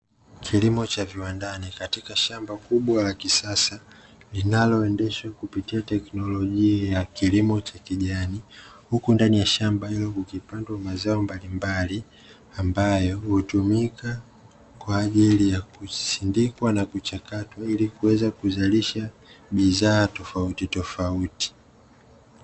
Kilimo cha viwandani katika shamba kubwa la kisasa linaloendeshwa kupitia teknolojia ya kilimo cha kijani, huku ndani ya shamba hilo kukipandwa mazao mbalimbali ambayo hutumika kwa ajili ya kusindikwa na kuchakatwa ili kuweza kuzalisha bidhaa tofautitofauti.